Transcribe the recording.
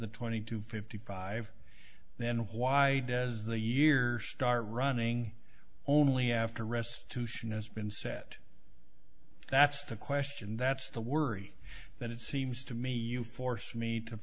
the twenty two fifty five then why does the year start running only after restitution has been set that's the question that's the worry that it seems to me you force me to